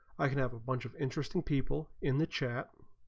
i have a bunch of interesting people in the chat